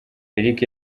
eric